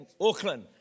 Auckland